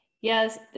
Yes